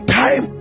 time